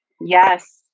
Yes